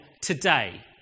today